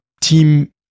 team